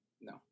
No